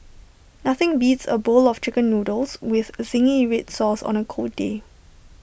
nothing beats A bowl of Chicken Noodles with Zingy Red Sauce on A cold day